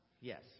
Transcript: Yes